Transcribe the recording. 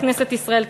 כנסת ישראל,